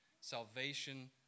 salvation